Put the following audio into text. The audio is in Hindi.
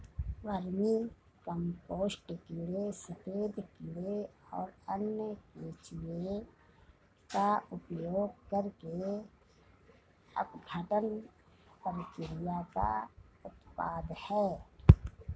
वर्मीकम्पोस्ट कीड़े सफेद कीड़े और अन्य केंचुए का उपयोग करके अपघटन प्रक्रिया का उत्पाद है